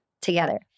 together